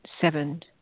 seven